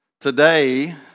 today